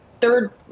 third